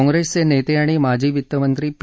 काँग्रेस नेते आणि माजी वित्तमंत्री पी